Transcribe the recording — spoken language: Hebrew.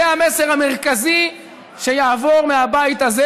זה המסר המרכזי שיעבור מהבית הזה,